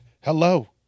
hello